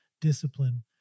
discipline